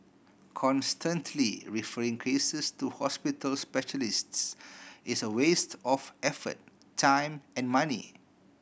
constantly referring cases to hospital specialists is a waste of effort time and money